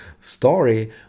story